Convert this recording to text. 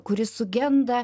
kuris sugenda